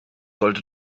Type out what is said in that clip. sollte